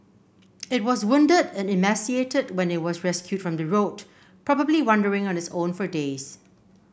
it was wounded and emaciated when it was rescued from the road probably wandering on its own for days